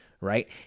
Right